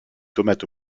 tomates